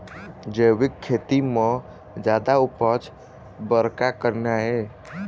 जैविक खेती म जादा उपज बर का करना ये?